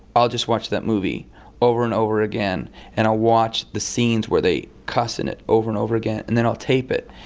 i'll just watch that movie over and over again and i'll watch the scenes where they cussing it over and over again and then i'll tape it.